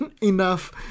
enough